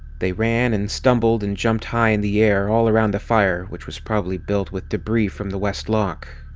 they ran and stumbled and jumped high in the air all around the fire, which was probably built with debris from the west lock.